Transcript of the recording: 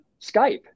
Skype